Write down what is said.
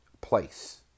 place